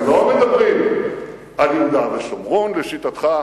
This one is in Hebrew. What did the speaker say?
הם לא מדברים על יהודה ושומרון, לשיטתך,